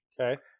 Okay